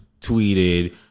tweeted